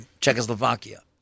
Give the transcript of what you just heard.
Czechoslovakia